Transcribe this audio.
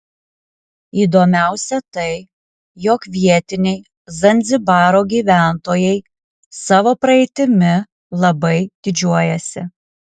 įdomiausia tai jog vietiniai zanzibaro gyventojai savo praeitimi labai didžiuojasi